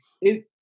It-